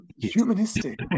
Humanistic